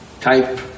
type